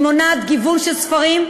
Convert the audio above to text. היא מונעת גיוון של ספרים,